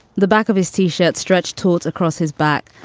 the back of his t shirt, stretched towards across his back,